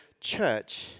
church